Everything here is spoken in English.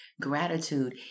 gratitude